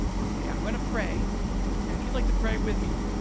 okay, i'm gonna pray, and if you'd like to pray with me,